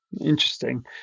Interesting